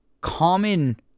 common